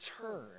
turn